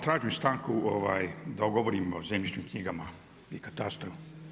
Tražim stanku da govorim o zemljišnim knjigama i katastru.